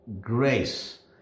grace